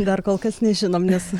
dar kol kas nežinom nes